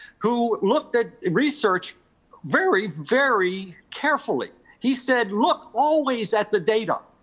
who looked at research very, very carefully. he said, look, always at the data.